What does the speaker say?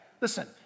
Listen